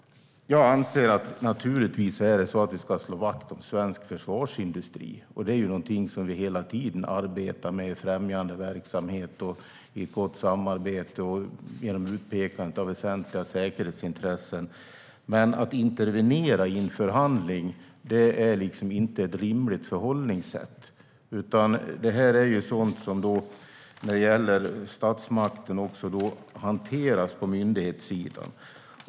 Jag anser naturligtvis att vi ska slå vakt om svensk försvarsindustri. Det är någonting som vi hela tiden arbetar med i främjande verksamhet, i ett gott samarbete och genom utpekandet av väsentliga säkerhetsintressen. Men att intervenera i en förhandling är inte ett rimligt förhållningssätt. Detta är sådant som när det gäller statsmakten hanteras på myndighetssidan.